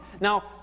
Now